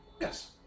Yes